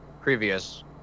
previous